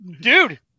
dude